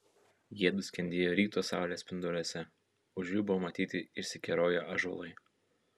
jiedu skendėjo ryto saulės spinduliuose už jų buvo matyti išsikeroję ąžuolai